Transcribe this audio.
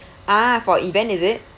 a'ah for event is it